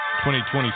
2020